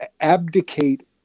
abdicate